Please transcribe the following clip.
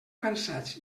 cansats